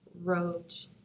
wrote